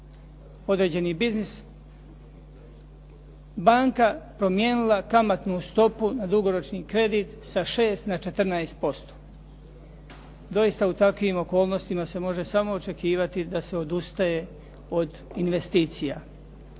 određeni biznis, banka promijenila kamatnu stopu na dugoročni kredit sa 6 na 14%. Doista u takvim okolnostima se može samo očekivati da se odustaje od investicija,